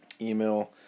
email